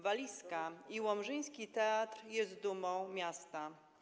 Walizka” i łomżyński teatr są dumą miasta.